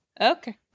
Okay